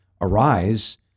arise